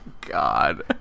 God